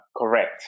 Correct